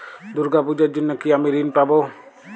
দুর্গা পুজোর জন্য কি আমি ঋণ পাবো?